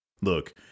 Look